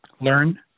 learn